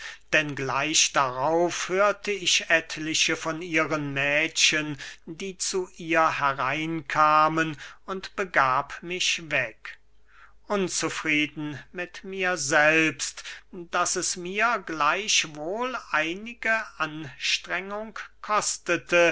denn gleich darauf hörte ich etliche von ihren mädchen die zu ihr hereinkamen und begab mich weg unzufrieden mit mir selbst daß es mir gleichwohl einige anstrengung kostete